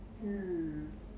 hmm